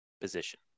position